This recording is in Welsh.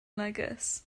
neges